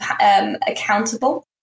accountable